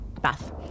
Bath